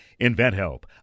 InventHelp